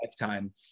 lifetime